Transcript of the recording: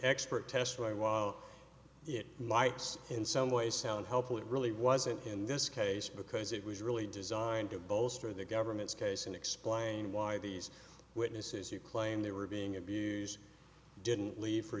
expert testimony while it lights in some way sound helpful it really wasn't in this case because it was really designed to bolster the government's case and explain why these witnesses who claim they were being abused didn't leave for